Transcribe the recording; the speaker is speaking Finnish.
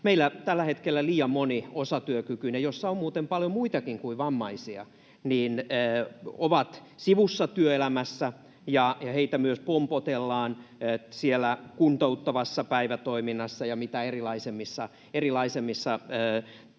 Meillä tällä hetkellä liian moni osatyökykyinen — joita on muuten paljon muitakin kuin vammaisia — on sivussa työelämästä, ja heitä myös pompotellaan siellä kuntouttavassa päivätoiminnassa ja mitä erilaisimmissa